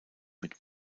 mit